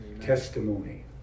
testimony